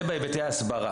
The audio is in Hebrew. אז זה בהיבט ההסברה.